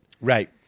Right